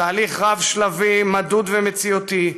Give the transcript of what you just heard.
תהליך רב-שלבי, מדוד ומציאותי,